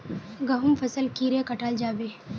गहुम फसल कीड़े कटाल जाबे?